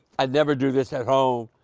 i never do this at home.